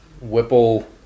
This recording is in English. Whipple